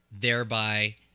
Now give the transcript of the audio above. thereby